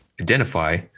identify